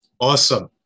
Awesome